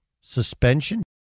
suspension